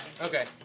Okay